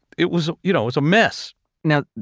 it was, you know it was a mess now,